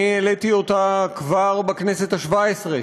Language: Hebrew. העליתי אותה כבר בכנסת השבע-עשרה,